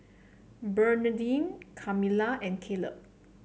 Bernardine Kamilah and Caleb